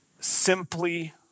Simply